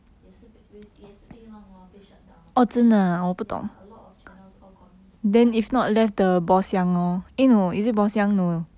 也是被也是一样 lor 被 shut down ya a lot of channels all gone already